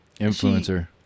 Influencer